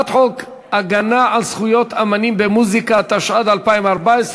עברה בקריאה טרומית ותועבר לוועדת החוקה,